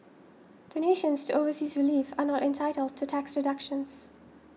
donations to overseas relief are not entitled to tax deductions